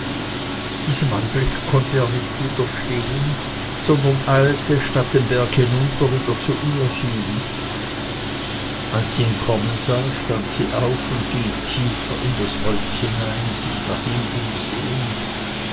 diesem anblicke konnte er nicht widerstehen sondern eilte statt den berg hinunter wieder zu ihr hin als sie ihn kommen sah stand sie auf und ging tiefer in das hol hinein sich nach ihm umsehend